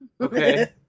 Okay